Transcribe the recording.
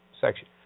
section